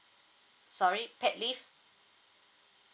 sorry paid leave